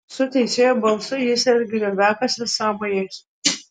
su teisėjo balsu jis ir grioviakasio sąmojais